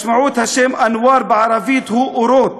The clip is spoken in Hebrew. משמעות השם אנואר בערבית היא אורות.